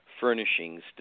Furnishings